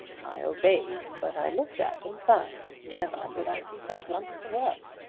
i obeyed but i looked at them first. never did i see such wonderful work!